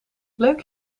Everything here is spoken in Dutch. leuk